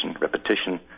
repetition